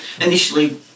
Initially